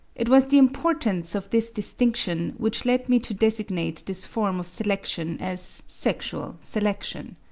it was the importance of this distinction which led me to designate this form of selection as sexual selection.